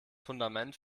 fundament